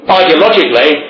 ideologically